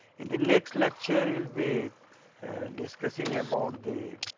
in the next lecture will be discussing about the